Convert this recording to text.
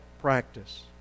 practice